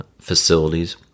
facilities